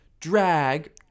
Drag